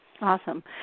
Awesome